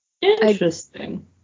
Interesting